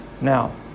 Now